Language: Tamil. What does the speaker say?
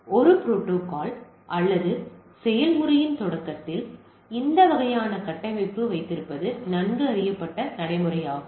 எனவே ஒரு புரோட்டோகால் அல்லது செயல்முறையின் தொடக்கத்தில் இந்த வகையான கட்டமைப்பில் வைத்திருப்பது நன்கு அறியப்பட்ட நடைமுறையாகும்